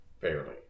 Fairly